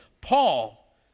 Paul